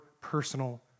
personal